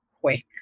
quick